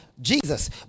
jesus